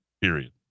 period